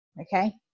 okay